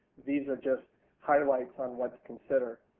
these are just highlights on what to consider.